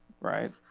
right